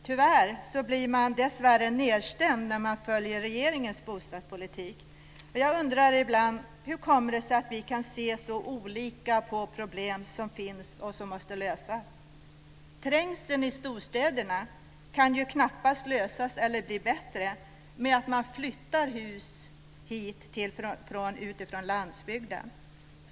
Tyvärr blir man nedstämd när man följer regeringens bostadspolitik. Jag undrar ibland hur det kommer sig att vi kan se så olika på problem som måste lösas. Trängseln i storstäderna kan ju knappast lösas eller bli bättre av att flytta hus från landsbygden och hit.